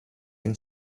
can